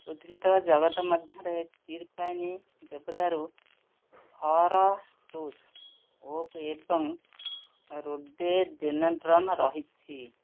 ଉଦ୍ଭିଦ ଜଗତ ମଧ୍ୟରେ ଚିର୍ ପାଇନ୍ ଦେବଦାରୁ ଫର୍ ଷ୍ଟୁସ୍ ଓକ୍ ଏବଂ ରୋଡ଼େଡ଼େନଡ୍ରନ୍ ରହିଛି